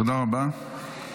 תודה רבה.